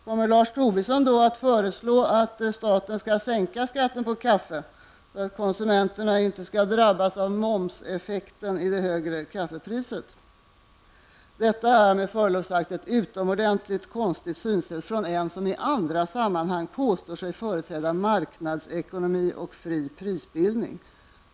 Kommer Lars Tobisson då att föreslå att staten skall sänka skatten på kaffe, för att konsumenterna inte skall drabbas av momseffekten i det högre kaffepriset? Detta är med förlov sagt ett utomordentligt konstigt synsätt hos en person som i andra sammanhang påstår sig företräda marknadsekonomi och fri prisbildning.